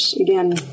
again